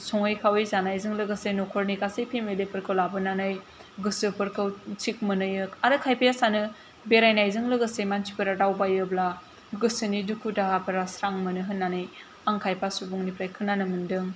संङै खावै जानायजों लोगोसे न'खरनि गासै फेमिलि फोरखौ लाबोनानै गोसोफोरखौ थिग मोनहोयो आरो खायफाया सानो बेरायनाय जों लोगोसे मानसिफ्रा दावबायोब्ला गोसोनि दुखु दाहाफ्रा स्रां मोनो होननानै आं खायफा सुबुंनिफ्राय खोनानो मोनदों